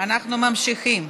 אנחנו ממשיכים.